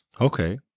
Okay